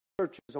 churches